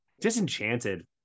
Disenchanted